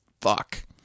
fuck